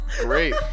Great